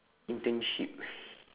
internship